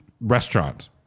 restaurant